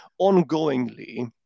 ongoingly